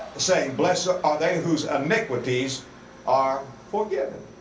saying, blessed are they whose iniquities are forgiven.